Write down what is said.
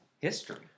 history